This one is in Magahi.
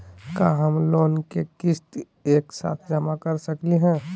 का हम लोन के किस्त एक साथ जमा कर सकली हे?